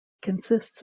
consists